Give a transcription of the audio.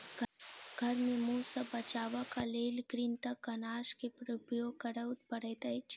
घर में मूस सॅ बचावक लेल कृंतकनाशक के उपयोग करअ पड़ैत अछि